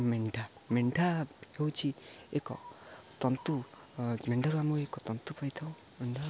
ମେଣ୍ଢା ମେଣ୍ଢା ହେଉଛିି ଏକ ତନ୍ତୁ ମେଣ୍ଢାରୁ ଆମେ ଏକ ତନ୍ତୁ ପାଇଥାଉ ମେଣ୍ଢା